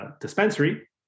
dispensary